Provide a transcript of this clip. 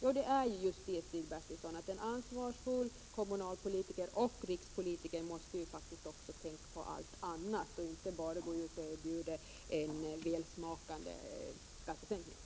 Ja, det är just det, Stig Bertilsson: En ansvarsfull kommunalpolitiker och rikspolitiker måste faktiskt också tänka på allt annat och inte bara erbjuda en välsmakande skattesänkning!